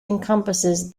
encompasses